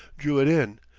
drew it in,